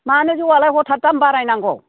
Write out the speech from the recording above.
मानो जौआलाय हथाद दाम बारायनांगौ